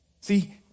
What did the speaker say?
see